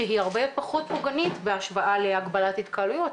שהיא הרבה פחות פוגענית בהשוואה להגבלת התקהלויות,